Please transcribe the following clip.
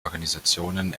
organisationen